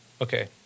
Okay